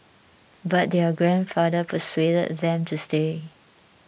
but their grandfather persuaded them to stay